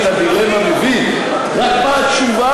חס ושלום.